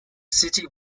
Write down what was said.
city